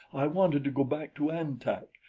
i wanted to go back to an-tak,